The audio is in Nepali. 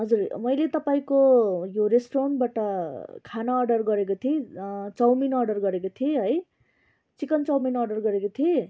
हजुर मैले तपाईँको यो रेस्टुरन्टबाट खाना अर्डर गरेको थिएँ चाउमिन अर्डर गरेको थिएँ है चिकन चाउमिन अर्डर गरेको थिएँ